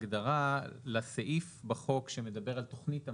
ההגדרה לסעיף בחוק שמדבר על תוכנית המספור.